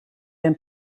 been